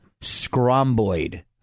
scromboid